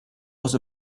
was